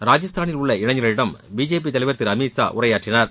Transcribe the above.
ராஜஸ்தானில் உள்ள இளைஞர்களிடம் பிஜேபி தலைவர் திரு அமீத்ஷா உரையாற்றினார்